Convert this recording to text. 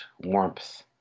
warmth